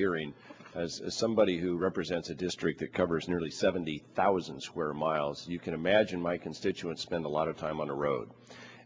hearing as somebody who represents a district that covers nearly seventy thousand square miles you can imagine my constituents spend a lot of time on the road